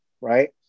right